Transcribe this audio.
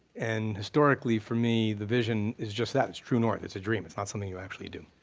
and historically for me the vision is just that, it's true north, it's a dream, it's not something you actually do.